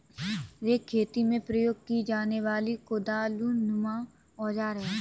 rake खेती में प्रयोग की जाने वाली कुदालनुमा औजार है